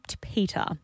Peter